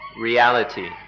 reality